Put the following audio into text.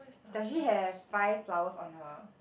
does she have five flowers on her